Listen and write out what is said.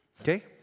Okay